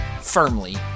Firmly